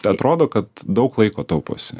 tai atrodo kad daug laiko tauposi